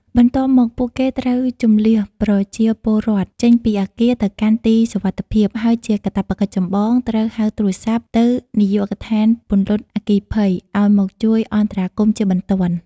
បន្ទាប់មក ពួកគេត្រូវ ជម្លៀសប្រជាពលរដ្ឋ ចេញពីអគារទៅកាន់ទីសុវត្ថិភាព ហើយជាកាតព្វកិច្ចចម្បង ត្រូវ ហៅទូរស័ព្ទទៅនាយកដ្ឋានពន្លត់អគ្គិភ័យ ឲ្យមកជួយអន្តរាគមន៍ជាបន្ទាន់។